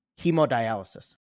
hemodialysis